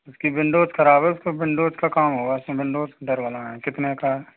उसकी विन्डोस ख़राब है उसमें विन्डोस का काम होगा उसमें विन्डोस डलवाना है कितने का है